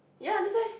ya that's why